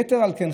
יתר על כן,